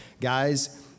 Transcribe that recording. guys